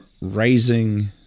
raising